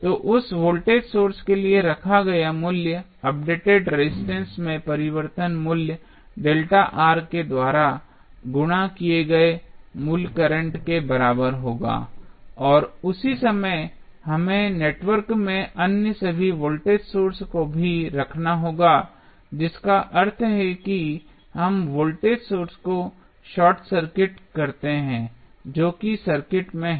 तो voltage source के लिए रखा गया मूल्य अपडेटेड रेजिस्टेंस में परिवर्तन मूल्य ΔR के द्वारा गुणा किए गए मूल करंट के बराबर होगा और उसी समय हमें नेटवर्क के अन्य सभी वोल्टेज सोर्सेज को भी रखना होगा जिसका अर्थ है कि हम वोल्टेज सोर्स को शॉर्ट सर्किट करते है जो सर्किट में हैं